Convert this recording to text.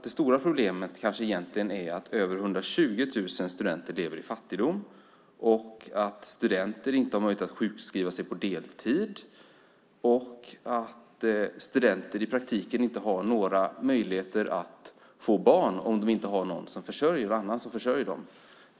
Det stora problemet är kanske att över 120 000 studenter lever i fattigdom, att studenter inte har möjlighet att sjukskriva sig på deltid och att studenter i praktiken inte har några möjligheter att skaffa barn om det inte finns någon annan som försörjer dem.